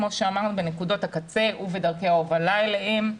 בנקודות הקצה ובדרכי ההובלה אליהם.